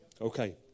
Okay